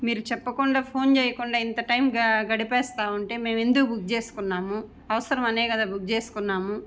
మీరు చెప్పకుండా ఫోన్ చేయకుండా ఇంత టైం గ గడిపేస్తా ఉంటే మేము ఎందుకు బుక్ చేసుకున్నాము అవసరమనే కదా బుక్ చేసుకున్నాము